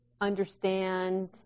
understand